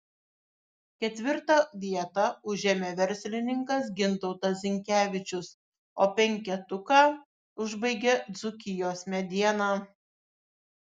ketvirtą vietą užėmė verslininkas gintautas zinkevičius o penketuką užbaigė dzūkijos mediena